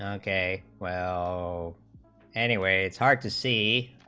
ah a well anyway it's hard to c